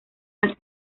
las